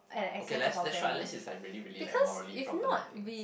okay let's let's try unless is like really really like morally problematic I think